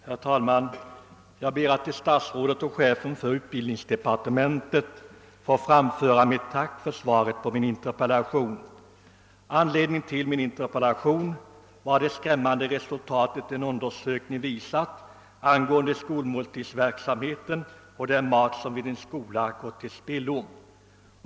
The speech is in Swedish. Herr talman! Jag ber att tillherr statsrådet och chefen för utbildningsdepartementet få framföra ett tack för svaret på min interpellation. Anledningen till interpellationen var det skrämmande resultatet av en undersökning angående skolmåltidsverksamheten och den mat som vid en skola gått till spillo.